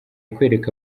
kwereka